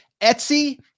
Etsy